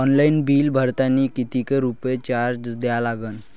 Online bill भरतानी कितीक रुपये चार्ज द्या लागन?